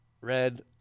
red